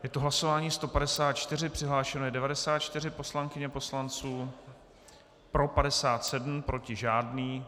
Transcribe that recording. Je to hlasování 154, přihlášeno je 94 poslankyň a poslanců, pro 57, proti žádný.